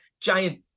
giant